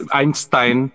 Einstein